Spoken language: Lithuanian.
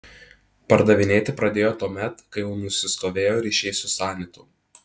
pardavinėti pradėjo tuomet kai jau nusistovėjo ryšiai su sanitu